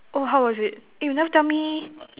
oh how was it eh you never tell me